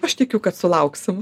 aš tikiu kad sulauksim